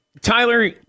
Tyler